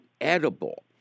edible